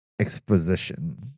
exposition